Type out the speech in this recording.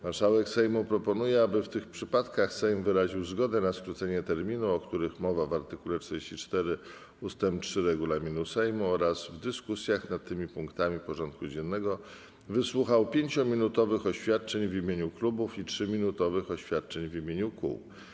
Marszałek Sejmu proponuje, aby w tych przypadkach Sejm wyraził zgodę na skrócenie terminu, o którym mowa w art. 44 ust. 3 regulaminu Sejmu, oraz w dyskusjach nad tymi punktami porządku dziennego wysłuchał 5-minutowych oświadczeń w imieniu klubów i 3-minutowych oświadczeń w imieniu kół.